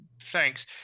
Thanks